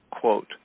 quote